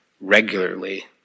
regularly